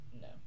No